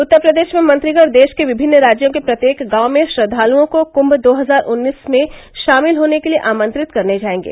उत्तर प्रदेश में मंत्रिगण देश के विमिन्न राज्यों के प्रत्येक गांव में श्रद्वालुओं को कुंम दो हजार उन्नीस में शामिल होने के लिए आमंत्रित करने जाएंगे